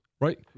right